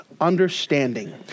understanding